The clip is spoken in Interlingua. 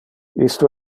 isto